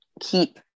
keep